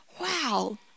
wow